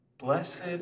Blessed